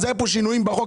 אז היו פה שינויים בחוק,